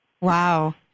Wow